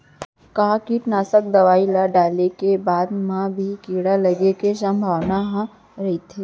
का कीटनाशक दवई ल डाले के बाद म भी कीड़ा लगे के संभावना ह रइथे?